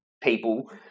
people